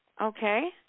Okay